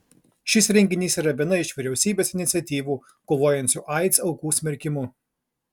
šis renginys yra viena iš vyriausybės iniciatyvų kovojant su aids aukų smerkimu